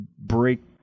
break